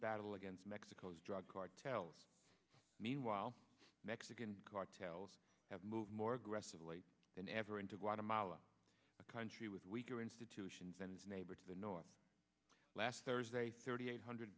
battle against mexico's drug cartels meanwhile mexican cartels have move more aggressively than ever into guatemala a country with weaker institutions and his neighbor to the north last thursday thirty eight hundred